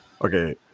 okay